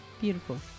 Beautiful